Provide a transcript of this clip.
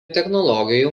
technologijų